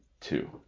two